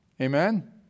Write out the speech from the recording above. Amen